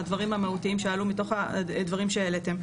לדברים המהותיים שעלו מתוך הדברים שהעליתם.